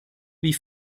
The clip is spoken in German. wie